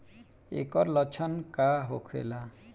ऐकर लक्षण का होखेला?